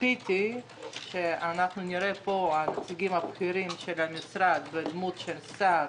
ציפיתי שאנחנו נראה פה את נציגים בכירים של המשרד בדמות של השר.